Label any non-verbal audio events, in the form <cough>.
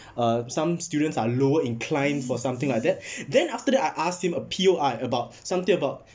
uh some students are lower inclined for something like that <breath> then after that I asked him a P_O_I about something about